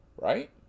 Right